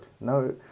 No